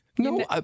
No